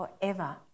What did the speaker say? forever